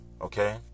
Okay